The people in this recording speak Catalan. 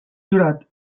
jurat